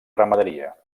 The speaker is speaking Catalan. ramaderia